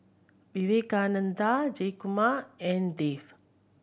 Vivekananda Jayakumar and Dev